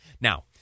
Now